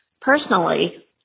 Personally